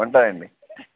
ఉంటానండి